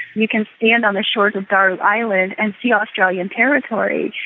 you can stand on the shores of daru island and see australian territory.